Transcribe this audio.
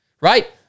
right